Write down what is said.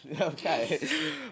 Okay